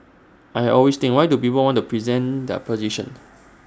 and I always think why do people want to present their position